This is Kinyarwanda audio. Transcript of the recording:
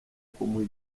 kumuha